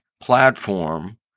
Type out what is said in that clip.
platform